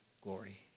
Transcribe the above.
glory